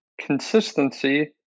consistency